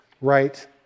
Right